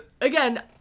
again